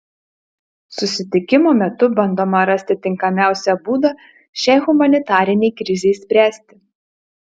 susitikimo metu bandoma rasti tinkamiausią būdą šiai humanitarinei krizei spręsti